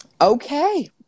okay